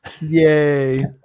Yay